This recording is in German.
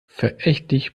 verächtlich